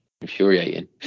infuriating